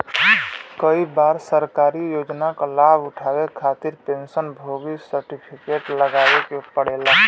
कई बार सरकारी योजना क लाभ उठावे खातिर पेंशन भोगी सर्टिफिकेट लगावे क पड़ेला